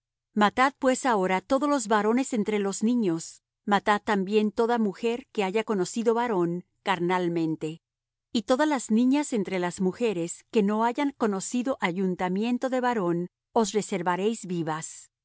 matad pues ahora todos los varones entre los niños matad también toda mujer que haya conocido varón carnalmente y todas las niñas entre las mujeres que no hayan conocido ayuntamiento de varón os reservaréis vivas